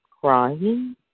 crying